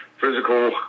physical